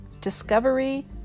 discovery